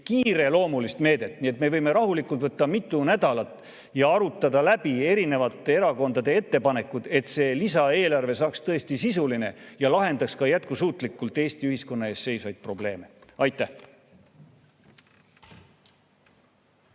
kiireloomulist meedet, nii et me võime rahulikult võtta mitu nädalat ja arutada läbi eri erakondade ettepanekud, et see lisaeelarve saaks tõesti sisuline ja lahendaks jätkusuutlikult Eesti ühiskonna ees seisvaid probleeme. Aitäh!